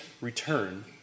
return